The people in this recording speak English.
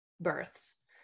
births